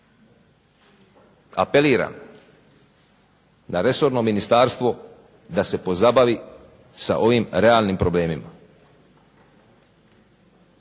apeliram na resorno ministarstvo da se pozabavi sa ovim realnim problemima.